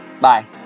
bye